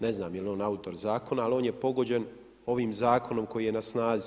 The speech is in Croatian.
Ne znam je li on autor Zakona, ali on je pogođen ovim Zakonom koji je na snazi.